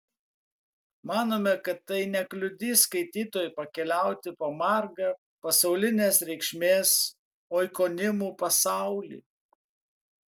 manome kad tai nekliudys skaitytojui pakeliauti po margą pasaulinės reikšmės oikonimų pasaulį